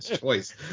Choice